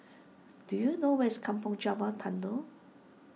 do you know where is Kampong Java Tunnel